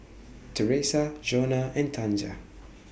Teresa Jonna and Tanja